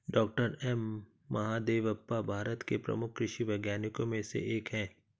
doctor M Mahadevappa Bharat के प्रमुख कृषि वैज्ञानिकों में से एक हैं